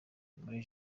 muri